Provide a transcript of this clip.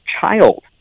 child